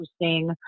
interesting